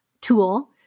tool